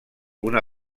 una